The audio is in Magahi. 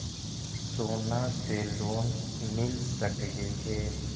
सोना से लोन मिल सकली हे?